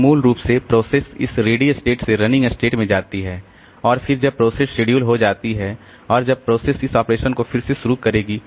तो मूल रूप से प्रोसेस इस रेडी स्टेट से रनिंग स्टेट में जाती है और फिर जब प्रोसेस शेड्यूल्ड हो जाती है और तब प्रोसेस इस ऑपरेशन को फिर से शुरू करेगी